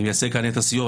אני מייצג כאן את הסיוע,